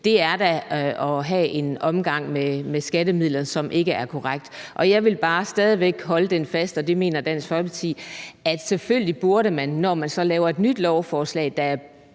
Det er da at have en omgang med skattemidler, som ikke er korrekt. Og jeg vil bare stadig væk holde fast på – og det mener vi i Dansk Folkeparti – at selvfølgelig burde man da, når man laver et nyt lovforslag, der